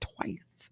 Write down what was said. twice